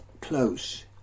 close